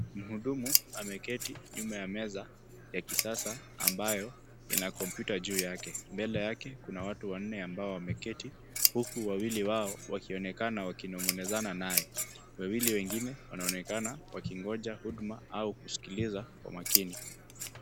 Mhudumu ameketi nyuma ya meza ya kisasa ambayo ina kompiuta juu yake. Mbele yake kuna watu wanne ambao walioketi huku wawili wao wakionekana wakinong'onezana naye. Wawili wengine wanaonekana wakingoja huduma au kusikiliza kwa makini.